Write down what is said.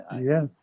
Yes